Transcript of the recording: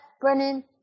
Brennan